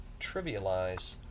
trivialize